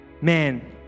Man